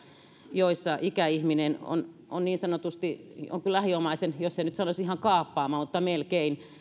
joissa ikäihminen on on niin sanotusti jonkun lähiomaisen jos en nyt sanoisi ihan kaappaama mutta melkein